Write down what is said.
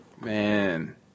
Man